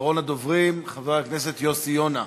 אחרון הדוברים, חבר הכנסת יוסי יונה,